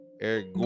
Eric